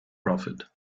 profit